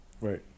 Right